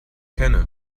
kenne